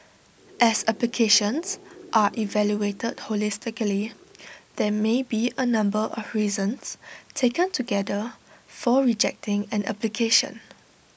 as applications are evaluated holistically there may be A number of reasons taken together for rejecting an application